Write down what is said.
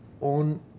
on